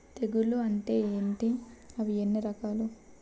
తెగులు అంటే ఏంటి అవి ఎన్ని రకాలు?